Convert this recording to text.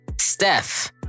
Steph